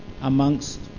amongst